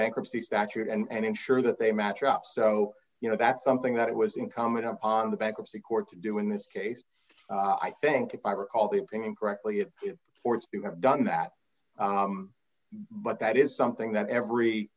bankruptcy statute and ensure that they match up so you know that's something that it was incumbent upon the bankruptcy court to do in this case i think if i recall the opinion correctly it or it's been have done that but that is something that every